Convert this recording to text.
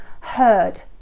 heard